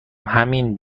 همین